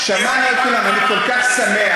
שמענו את כולם, ואני כל כך שמח,